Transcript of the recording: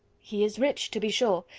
he is rich, to be sure,